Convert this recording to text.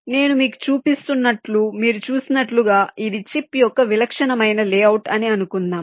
నేను మీకు చూపిస్తున్నట్లు మీరు చూసినట్లుగా ఇది చిప్ యొక్క విలక్షణమైన లేఅవుట్ అని అనుకుందాం